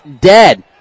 dead